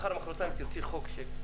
מחר או מחרתיים תזדקקי לשר לגבי חוק אחר